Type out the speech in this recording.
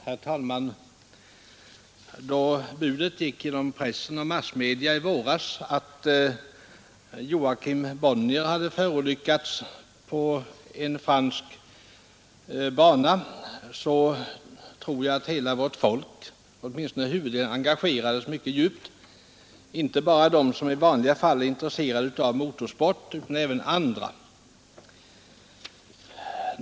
Herr talman! Då budet i våras gick genom pressen och massmedia att Joakim Bonnier hade förolyckats på en fransk bana, tror jag hela vårt folk — åtminstone huvuddelen — engagerade sig mycket djupt, inte bara de som i vanliga fall är intresserade av motorsport utan även andra.